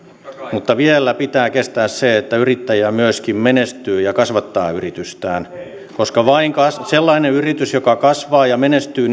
mutta vielä pitää kestää se että yrittäjä myöskin menestyy ja kasvattaa yritystään koska vain sellainen yritys joka kasvaa ja menestyy